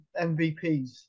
MVPs